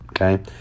Okay